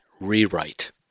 rewrite